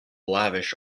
lavish